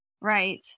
Right